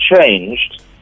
changed